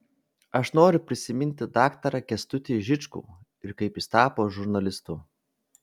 aš noriu prisiminti daktarą kęstutį žičkų ir kaip jis tapo žurnalistu